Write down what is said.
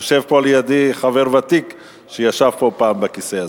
יושב לידי חבר ותיק שישב פה פעם בכיסא הזה.